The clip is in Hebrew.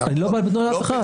אני לא בא בתלונות לאף אחד.